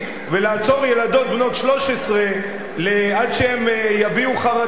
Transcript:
ולעצור ילדות בנות 13 עד שהן יביעו חרטה,